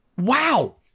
Wow